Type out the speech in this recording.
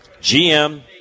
GM